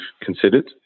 considered